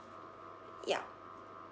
yup